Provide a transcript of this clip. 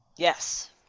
Yes